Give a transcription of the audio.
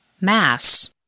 mass